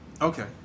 Okay